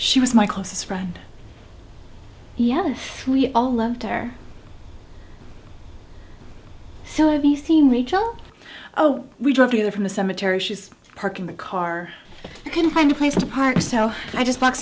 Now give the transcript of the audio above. she was my closest friend yes we all loved her so have you seen rachel oh we drove to the from the cemetery she's parking the car i can find a place to park so i just